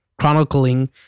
chronicling